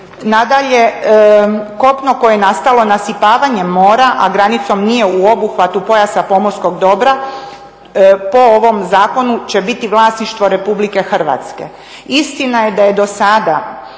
Nadalje, kopno koje je nastalo nasipavanjem mora, a granicom nije u obuhvatu pojasa pomorskog dobra po ovom zakonu će biti vlasništvo Republike Hrvatske. Istina je da je do sada